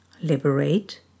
Liberate